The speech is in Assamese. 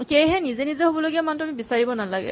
সেয়েহে নিজে নিজে হ'বলগীয়া মানটো আমি বিচাৰিব নালাগে